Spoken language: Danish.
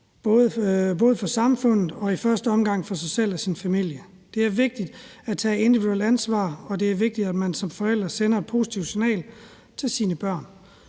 en forskel for sin familie, men også for samfundet. Det er vigtigt at tage individuelt ansvar, og det er vigtigt, at man som forældre sender et positivt signal til sine børn.